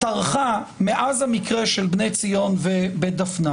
טרחה מאז המקרה של בני ציון ובית דפנה